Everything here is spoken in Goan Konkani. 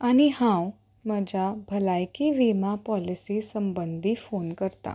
आनी हांव म्हज्या भलायकी विमा पॉलिसी संबंदी फोन करतां